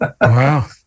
Wow